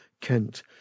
Kent